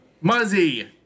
Muzzy